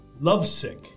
Love-sick